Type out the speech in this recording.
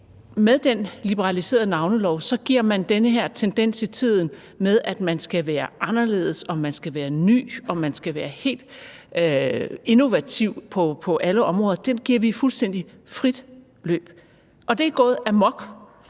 med den liberaliserede navnelov giver vi den her tendens i tiden med, at man skal være anderledes, at man skal være ny, og at man skal være helt innovativ på alle områder, fuldstændig frit løb, og det er gået amok